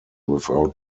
without